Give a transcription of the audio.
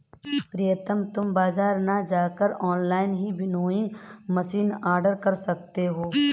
प्रितम तुम बाजार ना जाकर ऑनलाइन ही विनोइंग मशीन ऑर्डर कर सकते हो